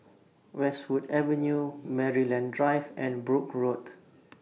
Westwood Avenue Maryland Drive and Brooke Road